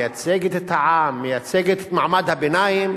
מייצגת את העם, מייצגת את מעמד הביניים,